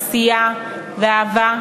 עשייה ואהבה,